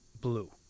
Blue